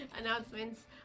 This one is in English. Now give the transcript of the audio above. announcements